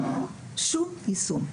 שאין שום יישום.